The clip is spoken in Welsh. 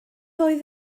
oedd